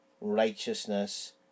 righteousness